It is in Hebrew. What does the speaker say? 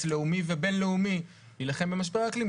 לאומי ובין-לאומי להילחם במשבר האקלים,